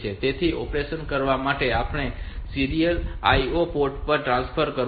તેથી આ ઓપરેશન કરવા માટે આપણે આ સીરીયલ IO પોર્ટ પર ટ્રાન્સફર કરવું પડશે